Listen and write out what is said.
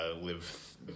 live